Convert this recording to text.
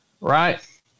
right